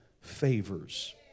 favors